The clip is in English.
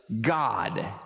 God